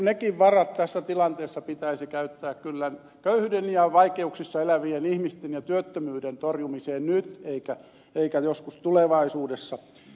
nekin varat tässä tilanteessa pitäisi käyttää kyllä köyhyyden ja vaikeuksissa elävien ihmisten ongelmien ja työttömyyden torjumiseen nyt eikä joskus tulevaisuudessa